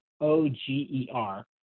O-G-E-R